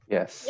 Yes